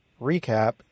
recap